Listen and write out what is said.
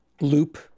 loop